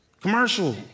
Commercial